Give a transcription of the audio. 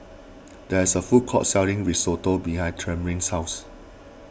there is a food court selling Risotto behind Tremayne's house